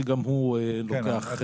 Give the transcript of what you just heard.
שגם הוא לוקח --- כן,